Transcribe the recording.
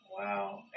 Wow